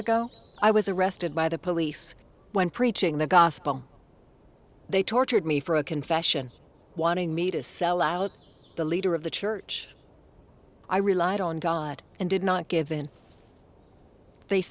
ago i was arrested by the police when preaching the gospel they tortured me for a confession wanting me to sell out the leader of the church i relied on god and did not give in they